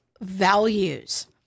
values